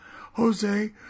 jose